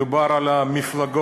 מדובר על מפלגות